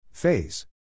Phase